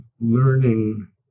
learning